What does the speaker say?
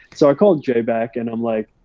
so i called jay back and i'm like,